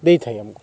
ଦେଇଥାଏ ଆମକୁ